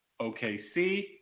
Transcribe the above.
OKC